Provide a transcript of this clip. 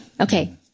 Okay